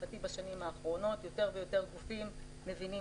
לשמחתי בשנים האחרונות יותר ויותר גופים מבינים